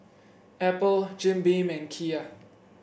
Apple Jim Beam and Kia